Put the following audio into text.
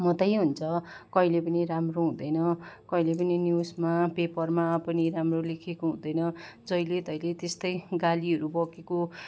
मात्रै हुन्छ कहिले पनि राम्रो हुँदैन कहिले पनि न्युजमा पेपरमा पनि राम्रो लेखेको हुँदैन जहिले तहिले त्यस्तै गालीहरू बकेको